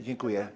Dziękuję.